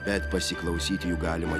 bet pasiklausyti jų galima